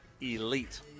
elite